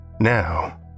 Now